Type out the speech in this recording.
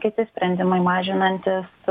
kiti sprendimai mažinantys